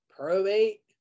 probate